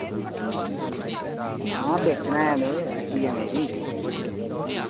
हां बेचना ऐ में हट्टी ऐ मेरी